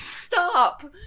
Stop